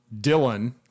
Dylan